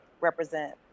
represent